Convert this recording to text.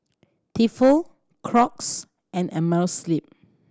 Tefal Crocs and Amerisleep